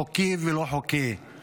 חוקי ולא חוקי,